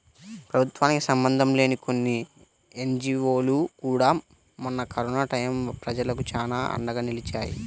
ప్రభుత్వానికి సంబంధం లేని కొన్ని ఎన్జీవోలు కూడా మొన్న కరోనా టైయ్యం ప్రజలకు చానా అండగా నిలిచాయి